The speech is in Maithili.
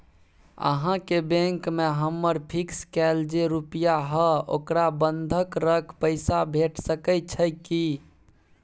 अहाँके बैंक में हमर फिक्स कैल जे रुपिया हय ओकरा बंधक रख पैसा भेट सकै छै कि?